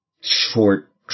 short